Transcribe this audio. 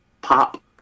pop